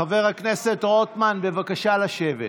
חבר הכנסת רוטמן, בבקשה לשבת.